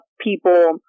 people